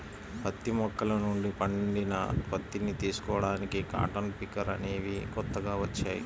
పత్తి మొక్కల నుండి పండిన పత్తిని తీసుకోడానికి కాటన్ పికర్ అనేవి కొత్తగా వచ్చాయి